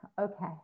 okay